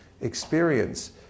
experience